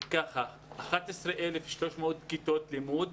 11,300 כיתות לימוד.